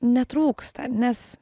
netrūksta nes